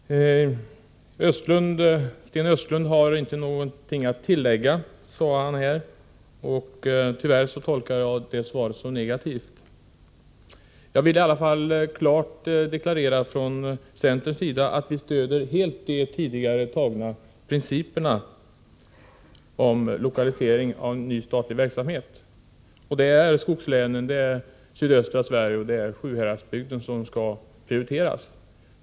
Herr talman! Sten Östlund sade att han inte hade något att tillägga. Tyvärr tolkar jag det svaret negativt. Jag vill i alla fall för centerns del klart deklarera att vi helt stöder de tidigare antagna principerna för lokalisering av ny statlig verksamhet. Skogslänen, sydöstra Sverige och Sjuhäradsbygden skall prioriteras.